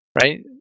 Right